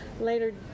Later